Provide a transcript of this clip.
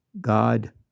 God